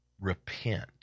repent